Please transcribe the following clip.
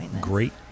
great